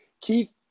Keith